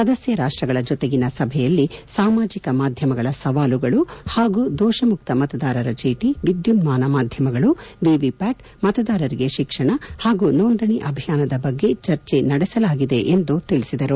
ಸದಸ್ಯ ರಾಷ್ಟಗಳ ಜೊತೆಗಿನಸಭೆಯಲ್ಲಿ ಸಾಮಾಜಿಕ ಮಾಧ್ಯಮಗಳ ಸವಾಲುಗಳು ಹಾಗೂ ದೋಷ ಮುಕ್ತ ಮತದಾರರ ಚೀಟಿ ವಿದ್ಯುನ್ಮಾನ ಮಾಧ್ಯಮಗಳು ವಿವಿಪ್ಯಾಟ್ ಮತದಾರರಿಗೆ ಶಿಕ್ಷಣ ಹಾಗೂ ನೋಂದಣಿ ಅಭಿಯಾನದ ಬಗ್ಗೆ ಚರ್ಚೆ ನಡೆಸಲಾಗಿದೆ ಎಂದು ತಿಳಿಸಿದರು